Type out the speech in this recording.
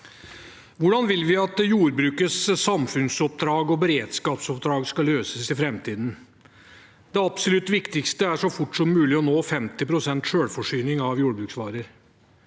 Hvordan vil vi at jordbrukets samfunnsoppdrag og beredskapsoppdrag skal løses i framtiden? Det absolutt viktigste er så fort som mulig å nå 50 pst. selvforsyning av jordbruksvarer.